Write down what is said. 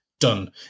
Done